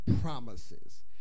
promises